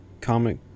comic